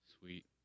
Sweet